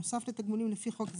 נוסף לתגמולים לפי חוק זה,